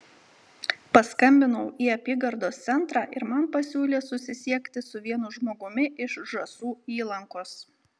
paskambinau į apygardos centrą ir man pasiūlė susisiekti su vienu žmogumi iš žąsų įlankos